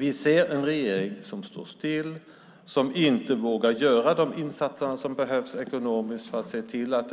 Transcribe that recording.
Vi ser en regering som står still, som inte vågar göra de insatser som behövs ekonomiskt för att se till att